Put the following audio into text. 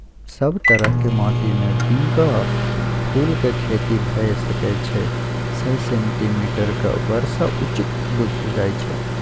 सब तरहक माटिमे बिंका फुलक खेती भए सकै छै सय सेंटीमीटरक बर्षा उचित बुझल जाइ छै